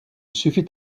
suffit